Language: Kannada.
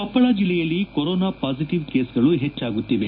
ಕೊಪ್ಪಳ ಜಿಲ್ಲೆಯಲ್ಲಿ ಕೊರೋನಾ ಪಾಸಿಟವ್ ಕೇಸ್ಗಳು ಹೆಚ್ಚಾಗುತ್ತಿದೆ